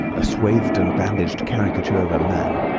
a swathed and bandaged caricature of a man!